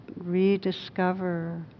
rediscover